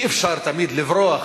אי-אפשר תמיד לברוח